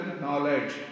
knowledge